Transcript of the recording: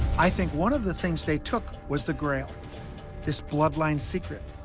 i think one of the things they took was the grail this bloodline secret.